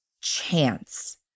chance